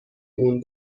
اون